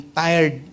tired